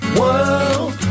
world